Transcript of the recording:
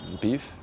beef